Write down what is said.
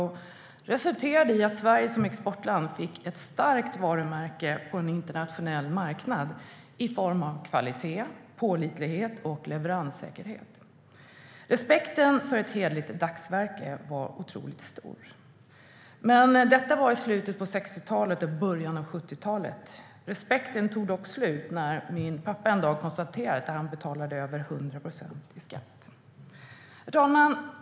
Det resulterade i att Sverige som exportland fick ett starkt varumärke på en internationell marknad i form av kvalitet, pålitlighet och leveranssäkerhet. Respekten för ett hederligt dagsverke var otroligt stor. Men detta var i slutet av 60-talet och början av 70-talet. Respekten tog slut när min pappa en dag konstaterade att han betalade över 100 procent i skatt. Herr talman!